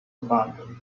abandoned